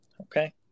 okay